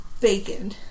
Bacon